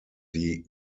die